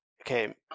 Okay